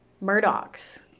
Murdoch's